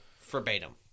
verbatim